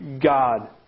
God